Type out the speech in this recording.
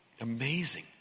Amazing